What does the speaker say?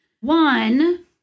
one